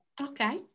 Okay